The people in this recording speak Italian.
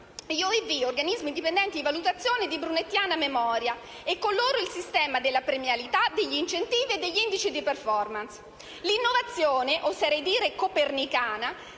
gli OIV (organismi indipendenti di valutazione) di brunettiana memoria, e con loro il sistema della premialità, degli incentivi e degli indici di *performance*. L'innovazione, oserei direi copernicana,